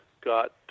got